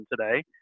today